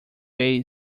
bay